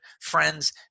friends